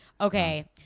Okay